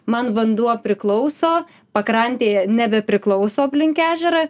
man vanduo priklauso pakrantė nebepriklauso aplink ežerą